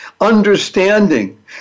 understanding